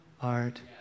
art